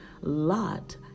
Lot